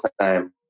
time